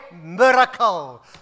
miracle